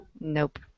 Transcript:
Nope